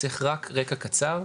צריך רקע קצר.